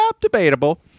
Debatable